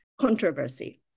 controversy